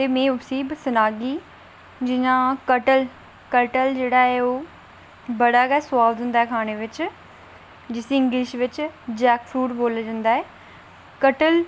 तां में उसी सनागी जि'यां कटल जेहडा ऐ औह् बड़ा गै सुआद होंदा ऐ बनाने गी जिसी इंगलिश बिच जेकफोड़ बोल्लेआ जंदा ऐ